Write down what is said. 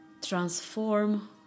transform